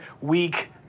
week